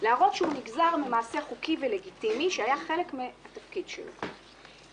להראות שהוא נגזר ממעשה חוקי ולגיטימי שהיה חלק מהתפקיד שלו.